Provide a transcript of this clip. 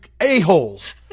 a-holes